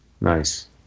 Nice